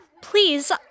Please